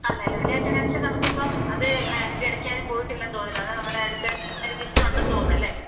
ആ നിലവിലെ അറ്റൻറ്റൻസ് നമുക്കിപ്പം അത് അതിൻ്റെ ഇടയ്ക്കാരും പോയിട്ടില്ലെന്ന് തോന്നുന്നു ഇല്ലെ അത് നമ്മുടെയടുത്ത് അതിൻ്റെ ലിസ്റ്റുണ്ടെന്ന് തോന്നുന്നു അല്ലേ